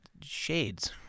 shades